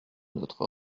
notre